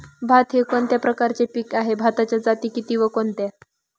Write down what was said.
भात हे कोणत्या प्रकारचे पीक आहे? भाताच्या जाती किती व कोणत्या?